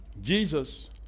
Jesus